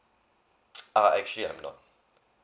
uh actually I'm not